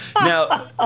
now